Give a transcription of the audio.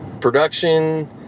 production